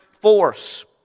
force